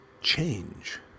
change